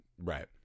right